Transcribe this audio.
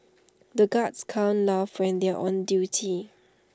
the guards can't laugh when they are on duty